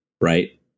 right